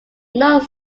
not